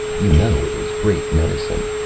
you know it is great medicine.